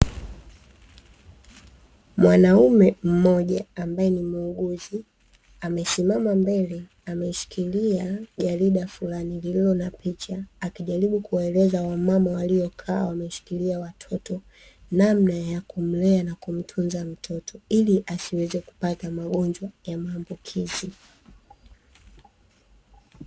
Mwanaume mmoja ambaye ni muuguzi amesimama mbele ameshikilia jarida fulani lililo na picha akijaribu kuwaeleza wamama waliokaa wameshikilia watoto namna ya kumlea na kumtunza mtoto ili asiweze kupata magonjwa ya maambukizi.